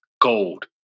gold